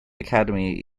academy